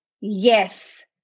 yes